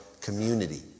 community